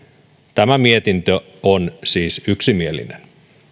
tämä mietintö on siis yksimielinen